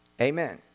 Amen